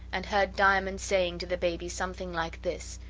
and heard diamond saying to the baby something like this,